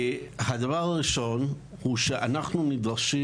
החלק הראשון הוא שאנחנו נדרשים,